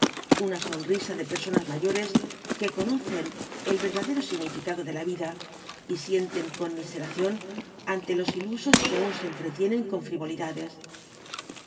una sonrisa de personas mayores que conocen el verdadero significado de la vida y sienten conmiseración ante los ilusos que aun se entretienen con frivolidades a